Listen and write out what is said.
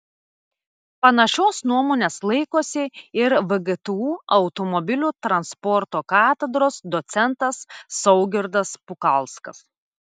panašios nuomonės laikosi ir vgtu automobilių transporto katedros docentas saugirdas pukalskas